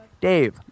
Dave